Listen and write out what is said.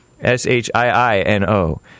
S-H-I-I-N-O